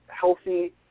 healthy